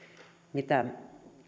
mitä